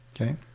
Okay